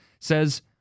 says